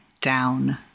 down